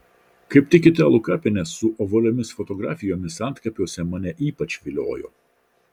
kaip tik italų kapinės su ovaliomis fotografijomis antkapiuose mane ypač viliojo